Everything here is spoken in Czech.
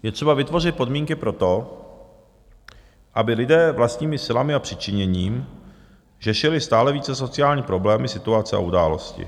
Je třeba vytvořit podmínky pro to, aby lidé vlastními silami a přičiněním řešili stále více sociální problémy, situace a události.